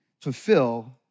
fulfill